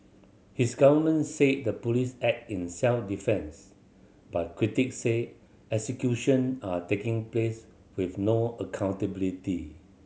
his government say the police act in self defence but critics say executions are taking place with no accountability